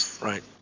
right